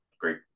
great